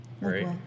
right